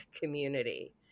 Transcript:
community